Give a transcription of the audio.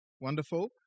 Wonderful